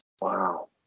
Wow